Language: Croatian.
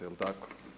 Je li tako?